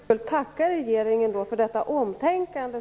Fru talman! Då får jag tacka regeringen för detta omtänkande.